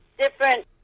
different